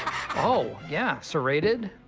oh. yeah. serrated.